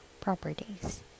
properties